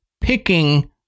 picking